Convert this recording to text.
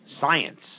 science